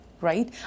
right